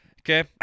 okay